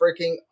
freaking